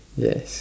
yes